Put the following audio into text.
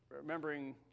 remembering